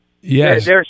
Yes